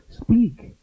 speak